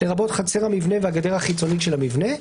לרבות חצר המבנה והגדר החיצונית של המבנה.